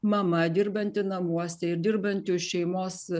mama dirbanti namuose ir dirbanti už šeimos